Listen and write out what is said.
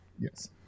Yes